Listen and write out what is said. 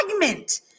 segment